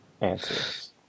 answers